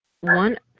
one